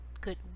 good